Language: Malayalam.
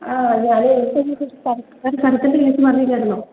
ആ ഞാൻ ഒരു സ്ഥലത്തിൻ്റെ കേസ് പറഞ്ഞില്ലായിരുന്നോ